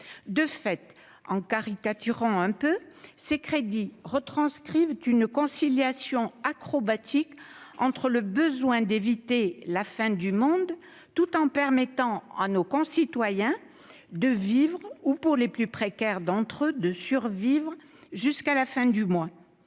De fait, en caricaturant un peu, ces crédits retranscrivent une conciliation acrobatique entre le besoin d'éviter la fin du monde, tout en permettant à nos concitoyens de vivre ou, pour les plus précaires d'entre eux, de survivre, jusqu'à la fin du mois.